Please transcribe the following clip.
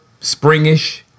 springish